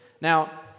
Now